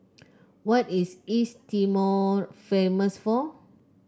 what is East Timor famous for